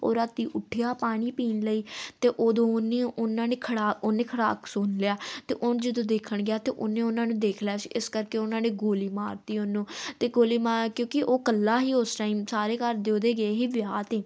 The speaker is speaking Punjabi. ਉਹ ਰਾਤੀਂ ਉਠਿਆ ਪਾਣੀ ਪੀਣ ਲਈ ਅਤੇ ਉਦੋਂ ਉਹਨੇ ਉਹਨਾਂ ਨੇ ਖੜਾ ਉਹਨੇ ਖੜਾਕ ਸੁਣ ਲਿਆ ਅਤੇ ਉਹ ਜਦੋਂ ਦੇਖਣ ਗਿਆ ਤਾਂ ਉਹਨੇ ਉਹਨਾਂ ਨੂੰ ਦੇਖ ਲਿਆ ਸੀ ਇਸ ਕਰਕੇ ਉਹਨਾਂ ਨੇ ਗੋਲੀ ਮਾਰਤੀ ਉਹਨੂੰ ਅਤੇ ਗੋਲੀ ਮਾਰ ਕਿਉਂਕਿ ਉਹ ਇਕੱਲਾ ਸੀ ਉਸ ਟਾਈਮ ਸਾਰੇ ਘਰਦੇ ਉਹਦੇ ਗਏ ਸੀ ਵਿਆਹ 'ਤੇ